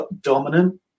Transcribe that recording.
dominant